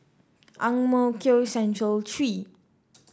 Ang Mo Kio Central Three